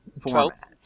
format